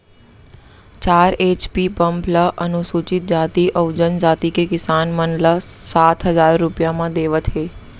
चार HP pump ल अनुसूचित जाति अउ जनजाति के किसान मन ल सात हजार रूपिया म देवत हे